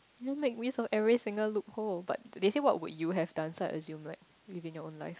make me every single loopholes but they say what would you have done so I assume like maybe your own life time